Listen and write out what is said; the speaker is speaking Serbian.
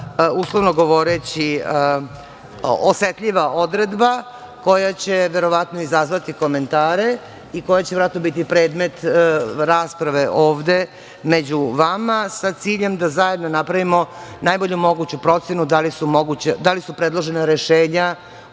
uslovno govoreći, osetljiva odredba koja će verovatno izazvati komentare i koja će verovatno biti predmet rasprave ovde među vama, sa ciljem da zajedno napravimo najbolju moguću procenu da li su predložena rešenja